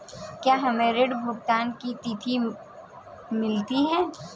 क्या हमें ऋण भुगतान की तिथि मिलती है?